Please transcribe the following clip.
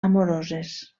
amoroses